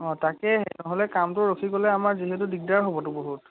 অঁ তাকে নহ'লে কামটো ৰখি গ'লে আমাৰ যিহেতু দিগদাৰ হ'বতো বহুত